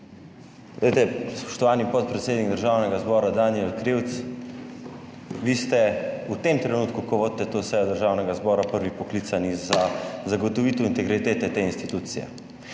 Spoštovani podpredsednik Državnega zbora Danijel Krivec, vi ste v tem trenutku, ko vodite to sejo Državnega zbora, prvi poklicani za zagotovitev integritete te institucije.